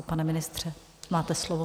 Pane ministře, máte slovo.